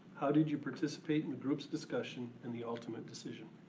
how did you participate in the group's discussion and the ultimate decision?